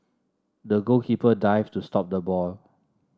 the goalkeeper dived to stop the ball